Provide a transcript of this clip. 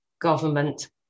government